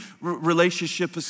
relationship